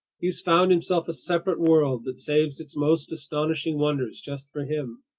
he's found himself a separate world that saves its most astonishing wonders just for him!